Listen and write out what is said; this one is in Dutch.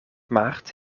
maart